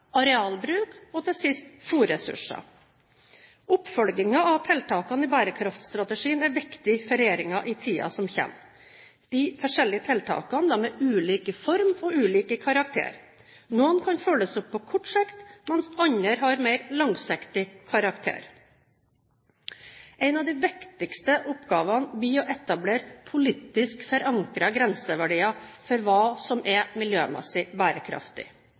av tiltakene i bærekraftstrategien er viktig for regjeringen i tiden som kommer. De forskjellige tiltakene er ulike i form og ulike i karakter. Noen kan følges opp på kort sikt, mens andre har mer langsiktig karakter. En av de viktigste oppgavene blir å etablere politisk forankrede grenseverdier for hva som er miljømessig bærekraftig.